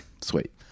sweet